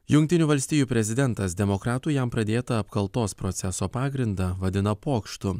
jungtinių valstijų prezidentas demokratų jam pradėtą apkaltos proceso pagrindą vadina pokštu